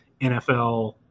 NFL